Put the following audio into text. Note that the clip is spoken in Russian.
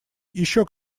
еще